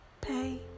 Pay